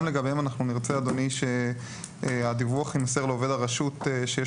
גם לגביהם אנחנו מציעים שהדיווח יימסר לעובד הרשות שיש